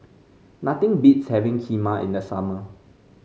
nothing beats having Kheema in the summer